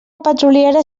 petroliera